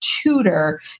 tutor